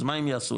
אז מה הם יעשו?